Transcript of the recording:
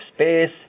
space